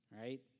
right